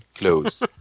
close